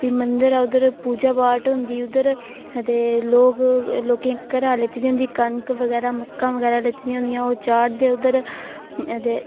भी मंदर ऐ उद्धर पूजा पाठ होंदी उद्धर लोकें ई घरां लेती दी होंदी कनक बगैरा मक्कां बगैरा लेती दियां होंदियां ओह् चाढ़दे उद्धर अदे